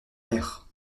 mère